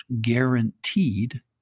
guaranteed